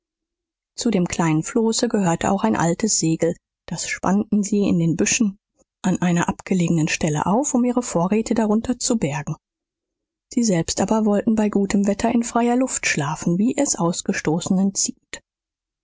zu dem kleinen floße gehörte auch ein altes segel das spannten sie in den büschen an einer abgelegenen stelle auf um ihre vorräte darunter zu bergen sie selbst aber wollten bei gutem wetter in freier luft schlafen wie es ausgestoßenen ziemt